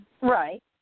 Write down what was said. Right